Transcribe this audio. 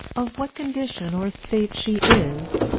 of what condition or estate she is,